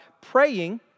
praying